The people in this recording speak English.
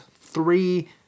Three